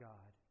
God